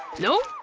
no?